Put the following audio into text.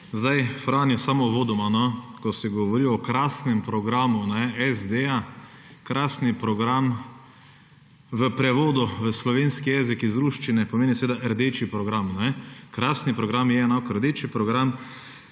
Zdaj, Franjo samo uvodoma, ko se govori o krasnem programu SD, krasni program v prevodu v slovenski jezik iz ruščine pomeni seveda rdeči program. Krasni program je enako rdeči program,